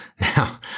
Now